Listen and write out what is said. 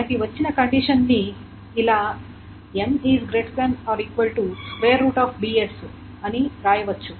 మనకు వచ్చిన కండిషన్ ని ఇలా రాయవచ్చు